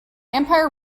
empire